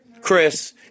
Chris